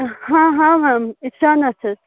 ہاں ہاں میم اِفشانہ چھس